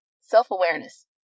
self-awareness